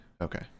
okay